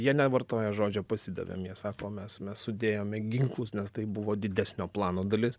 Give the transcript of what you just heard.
jie nevartoja žodžio pasidavėm jie sako mes mes sudėjome ginklus nes tai buvo didesnio plano dalis